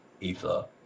ether